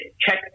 check